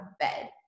bed